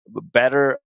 better